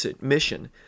mission